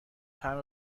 طعم